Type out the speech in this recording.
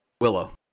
Willow